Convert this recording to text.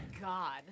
God